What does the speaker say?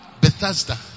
Bethesda